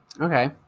Okay